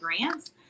grants